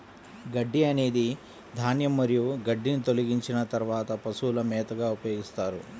గడ్డి అనేది ధాన్యం మరియు గడ్డిని తొలగించిన తర్వాత పశువుల మేతగా ఉపయోగిస్తారు